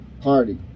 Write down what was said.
Party